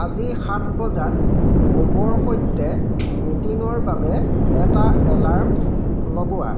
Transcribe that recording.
আজি সাত বজাত ব'বৰ সৈতে মিটিঙৰ বাবে এটা এলাৰ্ম লগোৱা